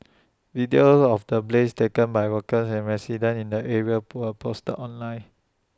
videos of the blaze taken by workers and residents in the area poor posted online